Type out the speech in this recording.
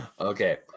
Okay